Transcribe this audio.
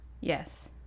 Yes